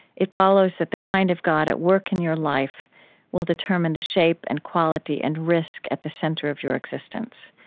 it follows that the kind of god at work in your life will determine the shape and quality and risk at the center of your existence.